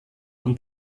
und